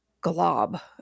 glob